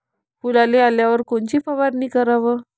फुलाले आल्यावर कोनची फवारनी कराव?